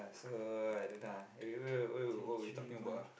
so I don't know ah eh where were where were what were we talking about ah